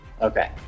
Okay